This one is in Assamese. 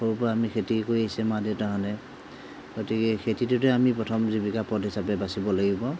সৰুৰ পৰা আমি খেতি কৰি আহিছে মা দেউতাহঁতে গতিকে খেতিটোতে আমি প্ৰথম জীৱিকাৰ পথ হিচাপে বাছিব লাগিব